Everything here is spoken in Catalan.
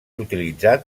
utilitzat